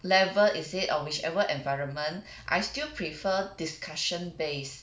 level is it or whichever environment I still prefer discussion based